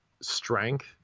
strength